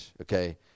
okay